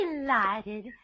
Delighted